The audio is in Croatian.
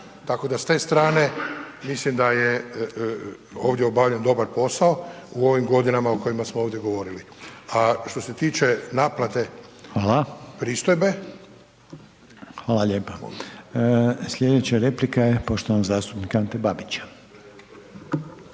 tako da s te strane mislim da je ovdje obavljen dobar posao o ovim godinama o kojima smo ovdje govorili. A što se tiče naplate pristojbe. **Reiner, Željko (HDZ)** Hvala lijepa. Sljedeća replika je poštovanog zastupnika Ante Babića.